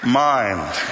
mind